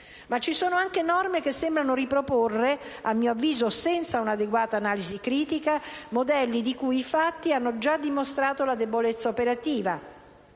sono, però, anche norme che sembrano riproporre - a mio avviso senza un'adeguata analisi critica - modelli di cui i fatti hanno già dimostrato la debolezza operativa.